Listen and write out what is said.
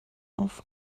auf